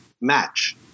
match